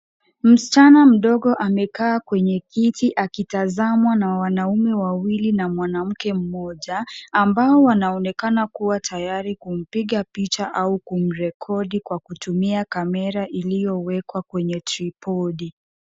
Msichana mdogo amekaa kwenye kiti akitazamwa na wanaume wawili na mwanamke mmoja, ambao wanaonekana tayari kumpiga picha au kumrekodi kwa kutumia kamera iliyowekwa kwenye tripodi .